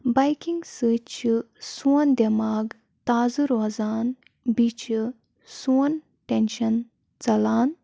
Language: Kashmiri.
بایکِنٛگ سۭتۍ چھِ سون دٮ۪ماغ تازٕ روزان بیٚیہِ چھِ سون ٹٮ۪نشَن ژَلان